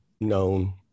known